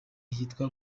yitwa